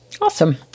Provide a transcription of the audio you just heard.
Awesome